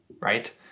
right